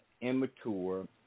immature